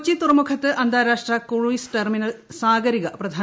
കൊച്ചി തുറമുഖത്ത് അന്താരാഷ്ട്ര cruise terminal Sagarika Shri